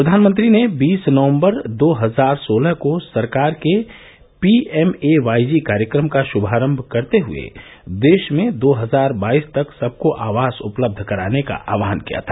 प्रधानमंत्री ने बीस नवंबर दो हजार सोलह को सरकार के P M A Y G कार्यक्रम का श्भारंभ करते हुए देश में दो हजार बाईस तक सबको आवास उपलब्ध कराने का आह्वान किया था